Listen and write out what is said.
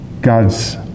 God's